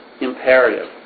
imperative